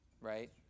right